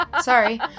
Sorry